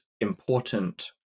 important